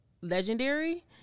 legendary